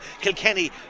Kilkenny